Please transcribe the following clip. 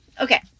Okay